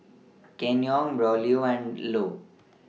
Kenyon Braulio and Ilo